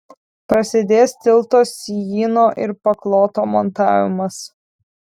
prasidės tilto sijyno ir pakloto montavimas